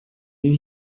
you